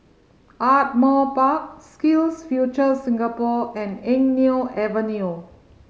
Ardmore Park SkillsFuture Singapore and Eng Neo Avenue